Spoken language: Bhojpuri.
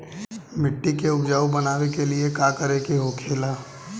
मिट्टी के उपजाऊ बनाने के लिए का करके होखेला?